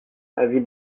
avis